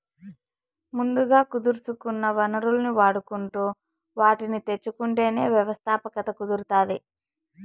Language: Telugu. ముందుగా కుదుర్సుకున్న వనరుల్ని వాడుకుంటు వాటిని తెచ్చుకుంటేనే వ్యవస్థాపకత కుదురుతాది